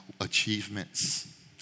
achievements